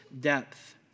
depth